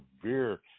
severe